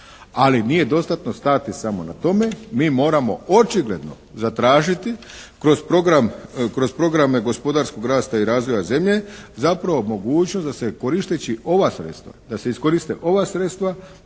ali nije dostatno stati samo na tome. Mi moramo očigledno zatražiti kroz programe gospodarskog rasta i razvoja zemlje zapravo mogućnost da se koristeći ova sredstva, da se iskoriste ova sredstva,